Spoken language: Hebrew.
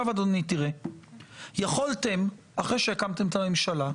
עכשיו תראה, יכולתם, אחרי שהקמתם את הממשלה,